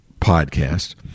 podcast